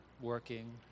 working